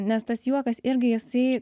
nes tas juokas irgi jisai